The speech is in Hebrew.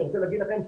אני רוצה להגיד לכם,